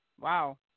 Wow